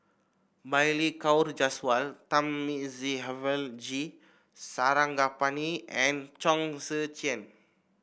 Balli Kaur Jaswal Thamizhavel G Sarangapani and Chong Tze Chien